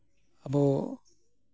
ᱟᱵᱚ